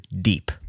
deep